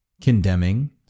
condemning